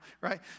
right